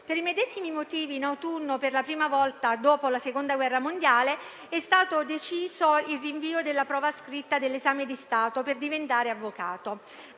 Per i medesimi motivi, in autunno, per la prima volta dopo la Seconda guerra mondiale, è stato deciso il rinvio della prova scritta dell'esame di Stato per diventare avvocato.